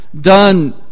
done